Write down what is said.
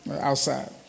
outside